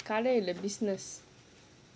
கடை இல்ல:kadai illa business